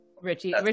Richie